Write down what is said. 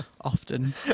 often